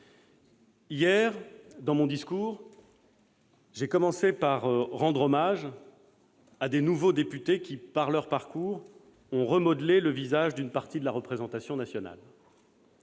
Hier, dans mon discours, j'ai commencé par rendre hommage à de nouveaux députés qui, par leur parcours, ont remodelé le visage d'une partie de la représentation nationale.